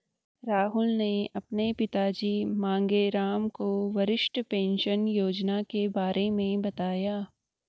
राहुल ने अपने पिताजी मांगेराम को वरिष्ठ पेंशन योजना के बारे में बताया